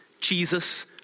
Jesus